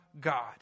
God